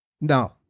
No